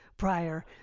Prior